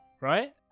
Right